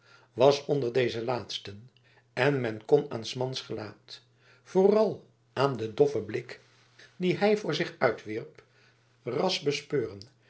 was onder deze laatsten en men kon aan s mans gelaat vooral aan den doffen blik dien hij voor zich uitwierp ras bespeuren